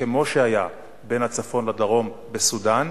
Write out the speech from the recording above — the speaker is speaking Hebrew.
כמו שהיה בין הצפון לדרום בסודן,